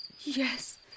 Yes